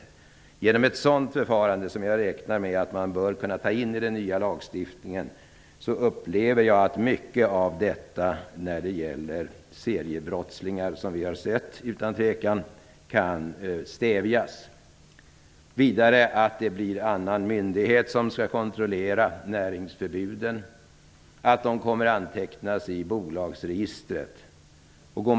Med hjälp av ett sådant förfarande, som jag räknar med bör kunna tas in i den nya lagstiftningen, upplever jag att en stor del av problemen med seriebrottslingar utan tvivel kan stävjas. Vidare skall det vara en annan myndighet som skall kontrollera näringsförbuden, och de skall antecknas i bolagsregistret.